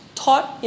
taught